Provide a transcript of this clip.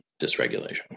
dysregulation